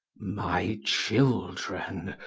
my children,